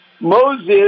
Moses